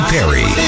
Perry